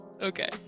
okay